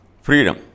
freedom